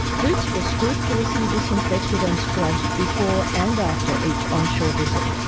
boots were scrupulously disinfected and scrubbed before and after each onshore visit.